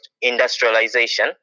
industrialization